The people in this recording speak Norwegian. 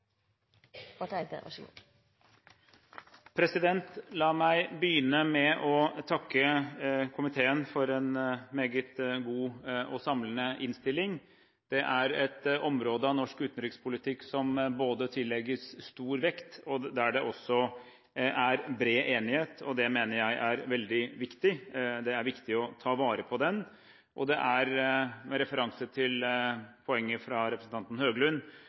at FN aldri blir mer enn det medlemslandene faktisk gjør FN til. Deri ligger en stor utfordring – også for Norge. La meg begynne med å takke komiteen for en meget god og samlende innstilling. Det er et område av norsk utenrikspolitikk som både tillegges stor vekt og der det også er bred enighet, og det mener jeg er veldig viktig. Det er viktig å ta vare på den, og det er